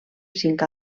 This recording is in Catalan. cinc